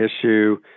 issue